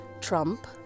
Trump